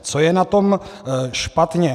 Co je na tom špatně?